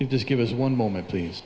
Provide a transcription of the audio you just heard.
you just give us one moment please